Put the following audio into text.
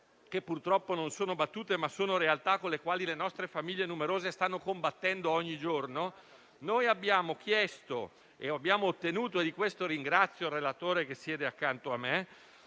che purtroppo non sono tali ma realtà con le quali le nostre famiglie numerose stanno combattendo ogni giorno - noi abbiamo chiesto e abbiamo ottenuto - e di questo ringrazio il relatore, che siede accanto a me